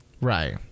Right